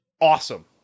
awesome